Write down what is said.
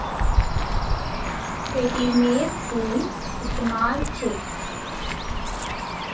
पेटीएमेर कुन इस्तमाल छेक